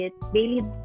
Daily